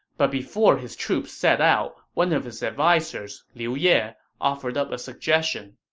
but before his troops set out, one of his advisers, liu ye, offered up a suggestion